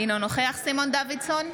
אינו נוכח סימון דוידסון,